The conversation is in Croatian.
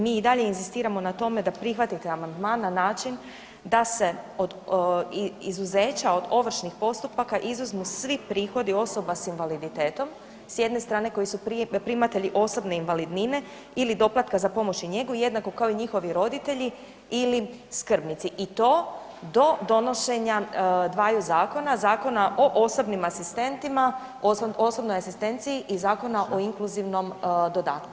Mi i dalje inzistiramo na tome da prihvatite amandman na način da se od izuzeća od ovršnih postupaka izuzmu svi prihodi osoba s invaliditetom, s jedne strane koji su primatelji osobne invalidnine ili doplatka za pomoć i njegu, jednako kao i njihovi roditelji ili skrbnici i to do donošenja dvaju zakona, Zakona o osobnim asistentima, osobnoj asistenciji i Zakona o inkluzivnom dodatku.